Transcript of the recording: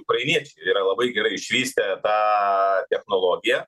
ukrainiečiai yra labai gerai išvystę tą technologiją